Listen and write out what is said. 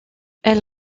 elle